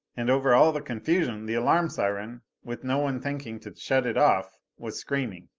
and over all the confusion the alarm siren, with no one thinking to shut it off, was screaming.